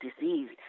disease